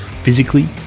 physically